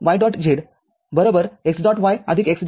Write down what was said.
y x'